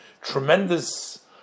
tremendous